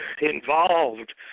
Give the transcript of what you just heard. involved